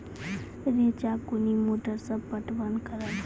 रेचा कोनी मोटर सऽ पटवन करव?